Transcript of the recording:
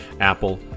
Apple